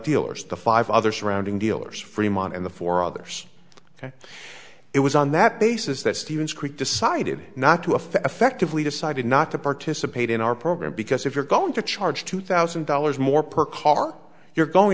dealers to five other surrounding dealers fremont and the four others it was on that basis that stevens creek decided not to affect effectively decided not to participate in our program because if you're going to charge two thousand dollars more per car you're going